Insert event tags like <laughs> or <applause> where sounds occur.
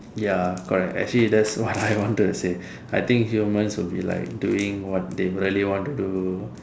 ya correct actually that's what <laughs> I wanted to say I think humans will be like doing what they really want to do